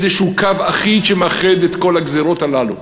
איזשהו קו שמאחד את כל הגזירות הללו.